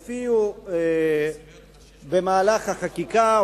הופיעו במהלך החקיקה,